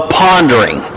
pondering